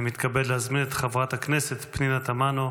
אני מתכבד להזמין את חברת הכנסת פנינה תמנו,